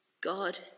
God